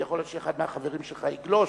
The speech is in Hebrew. יכול להיות שאחד מהחברים שלך יגלוש,